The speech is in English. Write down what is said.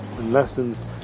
lessons